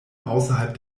außerhalb